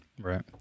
right